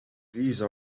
these